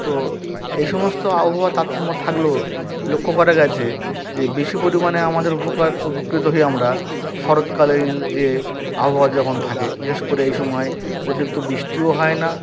তো এই সমস্ত আবহাওয়ার তারতম্য থাকলেও লক্ষ্য করা গিয়েছে যে বেশি পরিমাণে আমাদের উপকার উপকৃত হই আমরা শরৎকালীন যে আবহাওয়া যখন থাকে বিশেষ করে এই সময় অতিরিক্ত বৃষ্টিও হয় না